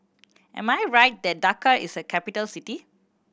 am I right that Dakar is a capital city